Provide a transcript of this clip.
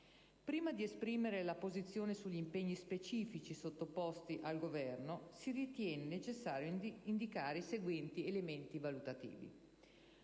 Prima di esprimere la posizione sugli impegni specifici sottoposti al Governo, ritengo necessario indicare i seguenti elementi valutativi.